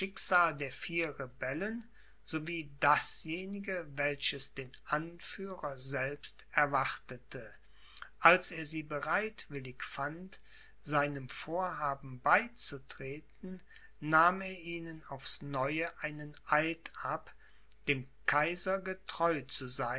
der vier rebellen so wie dasjenige welches den anführer selbst erwartete als er sie bereitwillig fand seinem vorhaben beizutreten nahm er ihnen aufs neue einen eid ab dem kaiser getreu